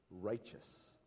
righteous